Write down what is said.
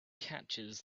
catches